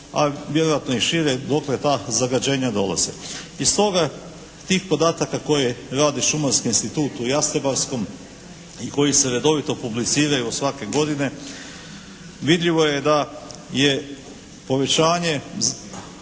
a vjerojatno i šire dokle ta zagađenja dolaze. I stoga tih podataka koje radi šumarski institut u Jastrebarskom i koji se redovito publiciraju svake godine, vidljivo je da je povećanje